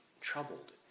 troubled